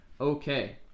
Okay